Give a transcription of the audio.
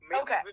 Okay